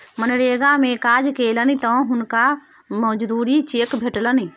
मनरेगा मे काज केलनि तँ हुनका मजूरीक चेक भेटलनि